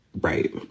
right